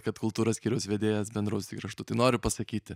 kad kultūros skyriaus vedėjas bendraus tik raštu tai noriu pasakyti